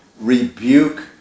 rebuke